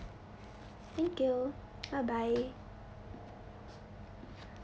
thank you bye bye